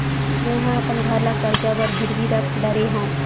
मेहा अपन घर ला कर्जा बर गिरवी रख डरे हव